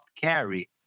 carry